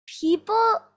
people